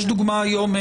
יש דוגמה היום?